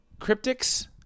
cryptics